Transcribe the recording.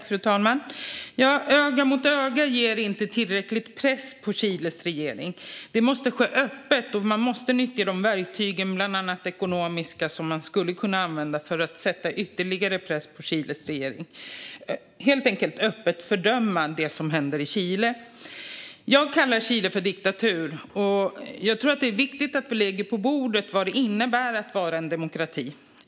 Fru talman! "Öga mot öga" sätter inte tillräcklig press på Chiles regering. Det måste ske öppet. Man måste bland annat nyttja ekonomiska verktyg för att sätta ytterligare press på Chiles regering, och man måste helt enkelt öppet fördöma det som händer i Chile. Jag kallar Chile för diktatur, och jag tror att det är viktigt att vi lägger på bordet vad det innebär att vara en demokrati.